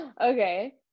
okay